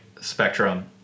spectrum